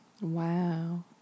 Wow